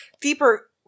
deeper